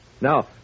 Now